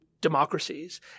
democracies